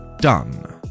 Done